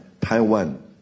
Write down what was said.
Taiwan